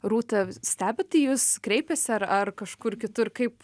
rūta stebit į jus kreipiasi ar ar kažkur kitur kaip